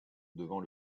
devant